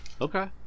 Okay